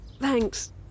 Thanks